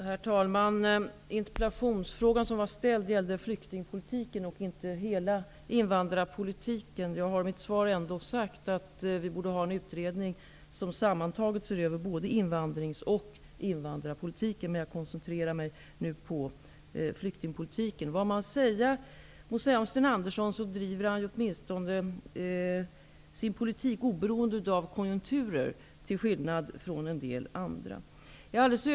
Herr talman! Den ställda interpellationsfrågan gällde flyktingpolitiken och inte hela invandrarpolitiken. Jag har i mitt svar ändå sagt att vi borde ha en utredning där både invandrings och invandrarpolitiken ses över. Nu koncentrerar jag mig emellertid på flyktingpolitiken. Sten Andersson i Malmö driver åtminstone sin politik oberoende av konjunkturer, till skillnad från en del andra.